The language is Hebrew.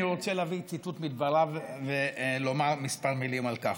אני רוצה להביא ציטוט מדבריו ולומר כמה מילים על כך.